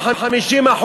ב-50%,